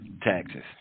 taxes